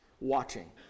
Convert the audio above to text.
watching